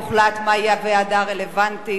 5. אני קובעת כי הצעת חוק מענק יובל לעובדי הוראה עולים,